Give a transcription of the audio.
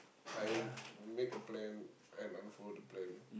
I'll make a plan and unfollow the plan